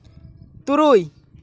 ᱛᱩᱨᱩᱭ